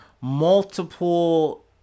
multiple